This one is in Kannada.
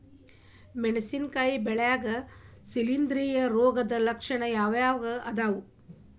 ಮೆಣಸಿನಕಾಯಿ ಬೆಳ್ಯಾಗ್ ಶಿಲೇಂಧ್ರ ರೋಗದ ಲಕ್ಷಣ ಯಾವ್ಯಾವ್ ಅದಾವ್?